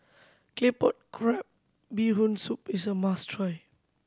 Claypot Crab Bee Hoon Soup is a must try